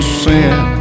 sin